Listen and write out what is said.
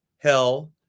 hell